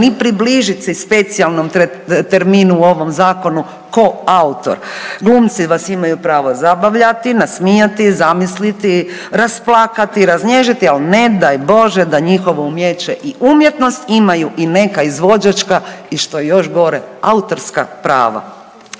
ni približiti specijalnom terminu u ovom zakonu koautor. Glumci vas imaju pravo zabavljati, nasmijati, zamisliti, rasplakati, raznježiti, ali ne daj Bože da njihovo umijeće i umjetnost imaju i neka izvođačka i što je još gore autorska prava.